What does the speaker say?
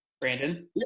Brandon